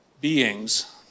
beings